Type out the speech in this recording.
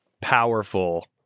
powerful